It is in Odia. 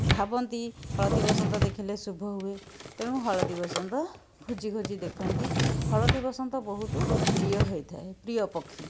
ଭାବନ୍ତି ହଳଦୀ ବସନ୍ତ ଦେଖିଲେ ଶୁଭ ହୁଏ ତେଣୁ ହଳଦୀ ବସନ୍ତ ଖୋଜି ଖୋଜି ଦେଖନ୍ତି ହଳଦୀ ବସନ୍ତ ବହୁତୁ ପ୍ରିୟ ହୋଇଥାଏ ପ୍ରିୟ ପକ୍ଷୀ